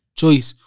choice